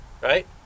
Right